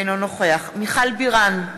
אינו נוכח מיכל בירן,